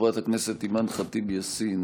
חברת הכנסת אימאן ח'טיב יאסין,